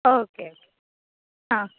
okay okay ആ